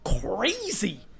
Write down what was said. crazy